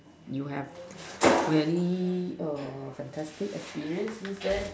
you have very err fantastic experience since then